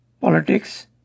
politics